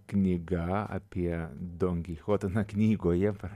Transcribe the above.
knyga apie donkichotą na knygoje